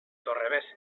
torrebesses